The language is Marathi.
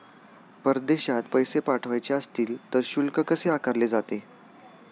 परदेशात पैसे पाठवायचे असतील तर शुल्क कसे आकारले जाते?